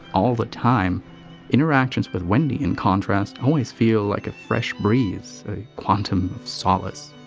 all the time interactions with wendy in contrast, always feels like a fresh breeze, a quantum of solace.